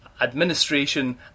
administration